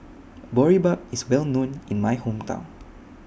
Boribap IS Well known in My Hometown